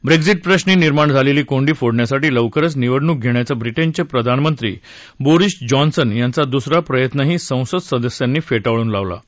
Brexit प्रश्नी निर्माण झालेली कोंडी फोडण्यासाठी लवकर निवडणूक घेण्याचा ब्रिटनचे प्रधानमंत्री बोरीस जॉन्सन यांचा दुसरा प्रयत्नही संसद सदस्यांनी फेटाळून लावला आहे